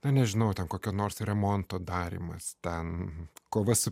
na nežinau ten kokio nors remonto darymas ten kova su